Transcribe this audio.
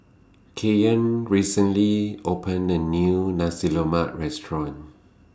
Keion recently opened A New Nasi Lemak Restaurant